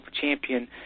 champion